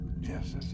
Yes